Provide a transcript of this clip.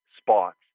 spots